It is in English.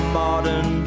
modern